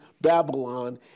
Babylon